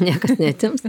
niekas neatims